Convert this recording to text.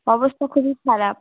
অবস্থা খুবই খারাপ